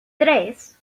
tres